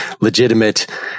legitimate